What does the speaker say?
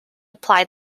apply